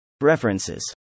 References